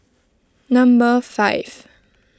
number five